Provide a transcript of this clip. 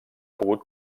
pogut